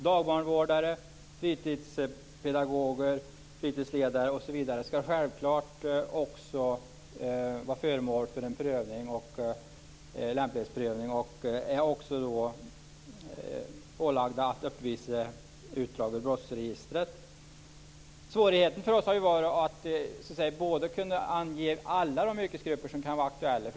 Dagbarnvårdare, fritidspedagoger, fritidsledare osv. ska självklart också vara föremål för en lämplighetsprövning och är ålagda att uppvisa utdrag ur brottsregistret. Svårigheten för oss har varit att kunna ange alla de yrkesgrupper som kan vara aktuella.